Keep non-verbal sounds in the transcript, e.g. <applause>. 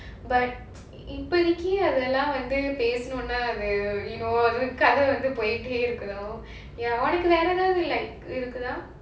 but <noise> இப்போதைக்கு அதெல்லாம் வந்து பேசுனா:ippothaikku adhellaam vandhu pesunaa you know அந்த கதை போயிட்டேதா இருக்கும் உனக்கு வேற ஏதாவது:andha kadhai poitedha irukum unaku vera edhavudhu like இருக்குதா:irukudhaa